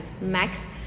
max